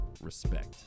Respect